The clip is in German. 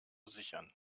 sichern